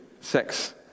sex